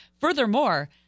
Furthermore